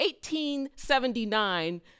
1879